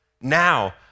Now